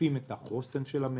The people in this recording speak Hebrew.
משקפים את החוסן של המשק,